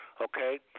okay